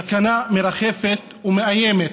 סכנה מרחפת ומאיימת